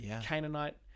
Canaanite